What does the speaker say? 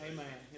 Amen